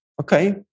Okay